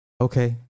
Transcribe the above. Okay